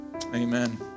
amen